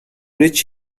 rich